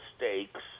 mistakes